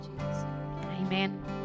Amen